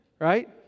Right